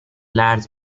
large